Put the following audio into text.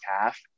half